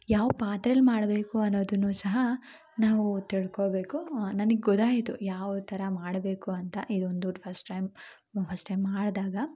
ಯಾವ ಪಾತ್ರೆಲಿ ಮಾಡಬೇಕು ಅನ್ನೋದನ್ನು ಸಹ ನಾವು ತಿಳ್ಕೊಬೇಕು ಆ ನನಗ್ ಗೊತ್ತಾಯ್ತು ಯಾವ್ತರ ಮಾಡಬೇಕು ಅಂತ ಇದೊಂದು ಫಸ್ಟ್ ಟೈಮ್ ಫಸ್ಟ್ ಟೈಮ್ ಮಾಡಿದಾಗ